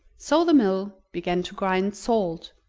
so the mill began to grind salt,